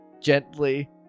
gently